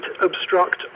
obstruct